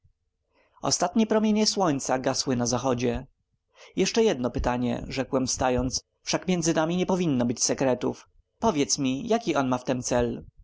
ostatnie promienie słońca gasły na zachodzie jeszcze jedno pytanie rzekłem wstając wszak między nami nie powinno być sekretów powiedz mi jaki on ma w tem cel